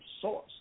source